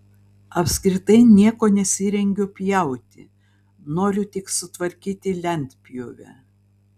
apskritai nieko nesirengiu pjauti noriu tik sutvarkyti lentpjūvę